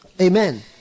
Amen